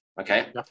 Okay